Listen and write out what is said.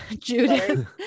Judith